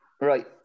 Right